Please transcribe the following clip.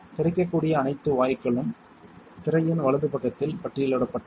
கிடைக்கக்கூடிய அனைத்து வாயுக்களும் திரையின் வலது பக்கத்தில் பட்டியலிடப்பட்டுள்ளன